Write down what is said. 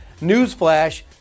Newsflash